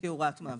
כהוראת מעבר.